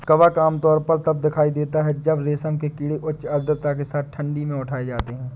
कवक आमतौर पर तब दिखाई देता है जब रेशम के कीड़े उच्च आर्द्रता के साथ ठंडी में उठाए जाते हैं